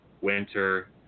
Winter